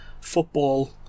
football